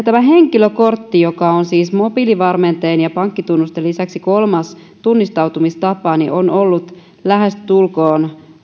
tämä henkilökortti joka on siis mobiilivarmenteen ja pankkitunnusten lisäksi kolmas tunnistautumistapa on ollut lähestulkoon